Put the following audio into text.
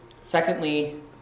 Secondly